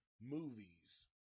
movies